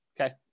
Okay